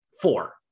Four